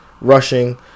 rushing